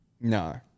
No